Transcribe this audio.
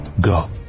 Go